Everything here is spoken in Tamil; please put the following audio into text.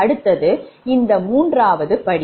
அடுத்தது இந்த 3வது படி